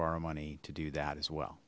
borrow money to do that as well